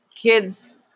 Kids